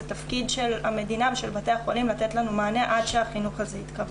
זה תפקיד של המדינה ושל בתי החולים לתת לנו מענה עד שהחינוך הזה ---.